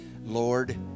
lord